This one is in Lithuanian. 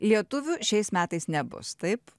lietuvių šiais metais nebus taip